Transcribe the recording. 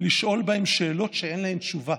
לשאול בהם שאלות שאין עליהן תשובה,